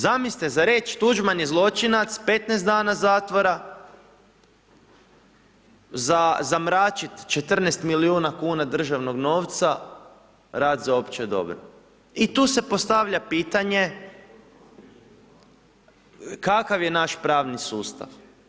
Zamislite, za reć Tuđman je zločinac, 15 dana zatvora, za zamračit 14 milijuna kuna državnog novca, rad za opće dobro i tu se postavlja pitanje kakav je naš pravni sustav?